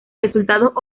resultados